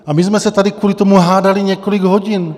A my jsme se tady kvůli tomu hádali několik hodin.